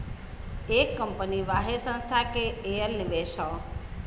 एक कंपनी वाहे संस्था के कएल निवेश हौ